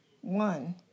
One